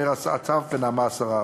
איתמר אסף ונעמה אסרף.